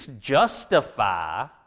justify